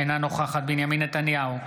אינה נוכחת בנימין נתניהו,